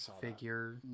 figure